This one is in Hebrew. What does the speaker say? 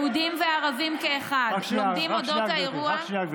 יהודים וערבים כאחד לומדים על האירוע, רק שנייה.